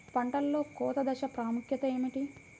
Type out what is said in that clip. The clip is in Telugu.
పంటలో కోత దశ ప్రాముఖ్యత ఏమిటి?